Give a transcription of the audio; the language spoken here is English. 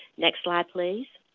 next slide please.